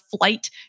flight